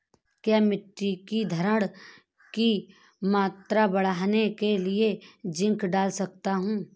क्या मिट्टी की धरण की मात्रा बढ़ाने के लिए जिंक डाल सकता हूँ?